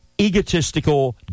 egotistical